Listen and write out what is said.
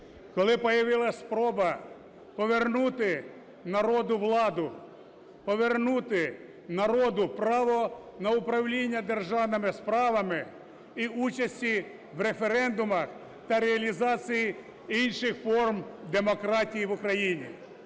коли появилася спроба повернути народу владу, повернути народу право на управління державними справами і участі в референдумах та реалізації інших форм демократії в Україні.